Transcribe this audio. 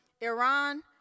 Iran